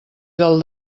del